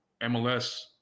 MLS